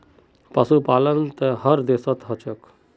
पशुपालन त हर देशत ह छेक